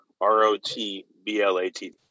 R-O-T-B-L-A-T